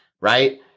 Right